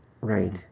Right